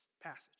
passage